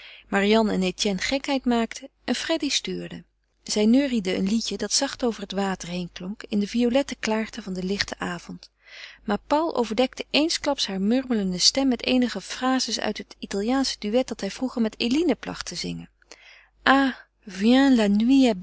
marianne en etienne gekheid maakten en freddy stuurde zij neuriede een liedje dat zacht over het water heenklonk in de violette klaarte van den lichten avond maar paul overdekte eensklaps haar murmelende stem met eenige frazes uit het italiaansche duet dat hij vroeger met eline placht te zingen ah